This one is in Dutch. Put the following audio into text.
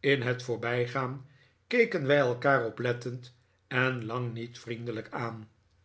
in het voorbijgaan keken wij elkaar oplettend en lang niet vriendelijk aan